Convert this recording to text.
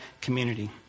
community